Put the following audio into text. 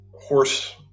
horse